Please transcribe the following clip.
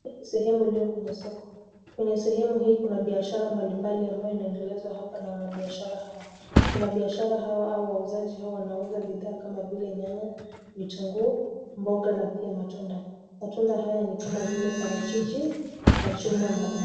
Sehemu iliyo kwenye soko. Kwenye sehemu hii kuna biashara mbalimbali ambayo inaendelezwa hapa na wanabiashara hawa. Wanabiashara hawa au wauzaji hawa wanauza bidhaa kama vile nyanya, vitunguu, mboga na pia matunda. Matunda haya ni kama vile parachichi, machungwa na ma...